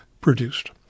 produced